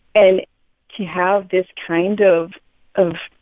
and to have this kind of of